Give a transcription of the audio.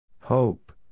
Hope